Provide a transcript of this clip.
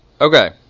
okay